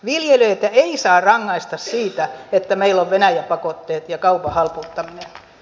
viljelijöitä ei saa rangaista siitä että meillä on venäjä pakotteet ja kaupan halpuuttaminen